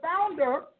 founder